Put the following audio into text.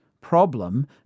problem